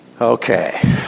Okay